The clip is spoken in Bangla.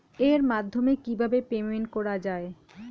এর মাধ্যমে কিভাবে পেমেন্ট করা য়ায়?